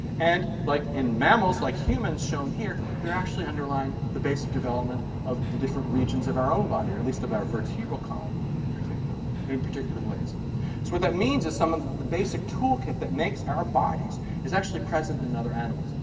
and like in mammals, like humans shown here, they're actually underlying the basic development of the different regions of our own body, or at least of our vertebral column in particular in particular ways. so what that means is that some of the basic toolkit that makes our bodies is actually present in other animals,